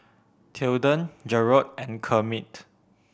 Tilden Garold and Kermit